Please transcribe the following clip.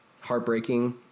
heartbreaking